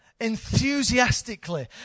Enthusiastically